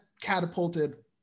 catapulted